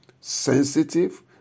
sensitive